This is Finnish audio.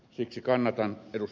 siksi kannatan ed